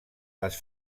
les